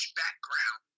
background